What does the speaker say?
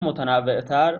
متنوعتر